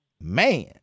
Man